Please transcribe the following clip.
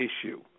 issue